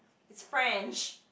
it's French